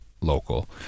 local